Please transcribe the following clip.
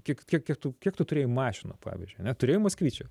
kiek kiek kiek tu kiek tu turėjai mašinų pavyzdžiui ane turėjai moskvičių